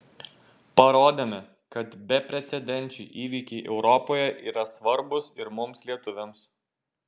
parodėme kad beprecedenčiai įvykiai europoje yra svarbūs ir mums lietuviams